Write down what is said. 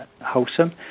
wholesome